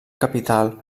capital